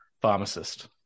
pharmacist